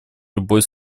любой